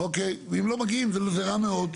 אם הם לא מגיעים, זה רע מאוד.